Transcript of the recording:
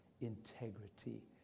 integrity